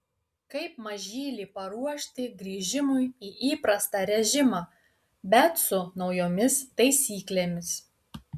kaip mažylį paruošti grįžimui į įprastą režimą bet su naujomis taisyklėmis